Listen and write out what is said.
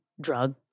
drug